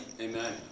Amen